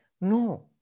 no